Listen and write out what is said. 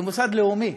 זה מוסד לאומי,